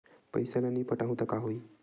पईसा ल नई पटाहूँ का होही?